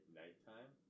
nighttime